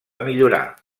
millorar